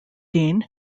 dean